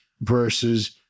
versus